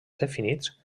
definits